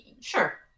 Sure